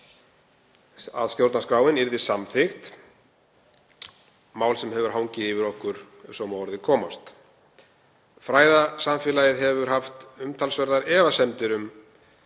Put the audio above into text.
að stjórnarskráin yrði samþykkt, mál sem hefur hangið yfir okkur ef svo má að orði komast. Fræðasamfélagið hefur haft umtalsverðar efasemdir um